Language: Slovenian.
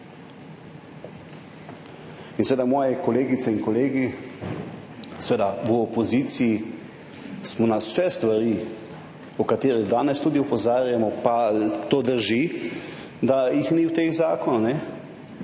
in seveda smo s kolegicami in kolegi v opoziciji na vse stvari, o katerih danes tudi opozarjamo, pa to drži, da jih ni v tem zakonu,